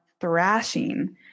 thrashing